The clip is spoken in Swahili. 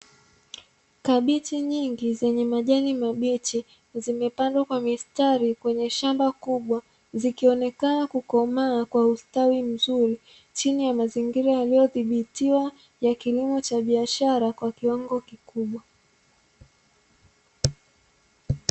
Kabichi nyingi zenye Majani mabichi zimepandwa kwa mistari kwenye shamba kubwa, zikionekana kukomaa kwa ustawi mzuri chini ya mazingira yaliothibitiwa ya kilimo cha biashara kwa kiwango kikubwa.